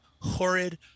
Horrid